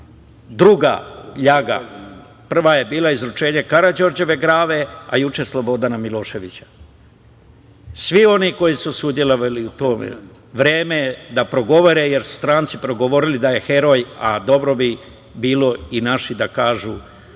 Druga ljaga. Prva je bila izručenje Karađorđeve glave, a juče Slobodana Miloševića. Svi oni koji su sudelovali u tome vreme je da progovore, jer su stranci progovorili da je heroj. Dobro bi bilo i naši da kažu